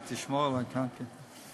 למה אתה מתנגד, למה?